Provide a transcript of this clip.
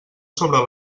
sobre